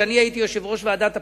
כשאני הייתי יושב-ראש ועדת הפנים,